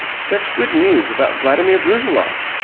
such good news about vladimir brusiloff.